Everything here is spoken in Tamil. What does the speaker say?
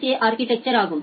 ஏ அா்கிடெக்சா் ஆகும்